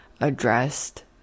addressed